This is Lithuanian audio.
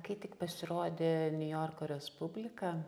kai tik pasirodė niujorko respublika